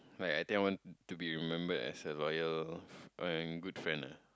like I think I want to be remember as a loyal and good friend ah